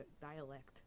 dialect